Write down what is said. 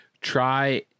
try